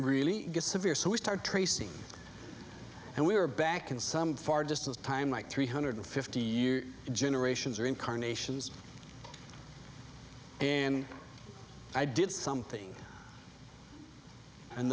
gets severe so we start tracing and we are back in some far distance time like three hundred fifty years generations or incarnations and i did something and